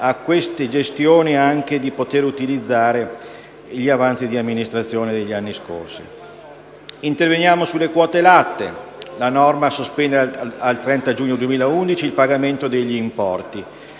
a queste gestioni di utilizzare gli avanzi di amministrazione degli anni scorsi. Interveniamo sulle quote latte. La norma sospende fino al termine del 30 giugno 2011 il pagamento degli importi